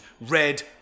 red